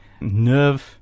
nerve